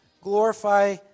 glorify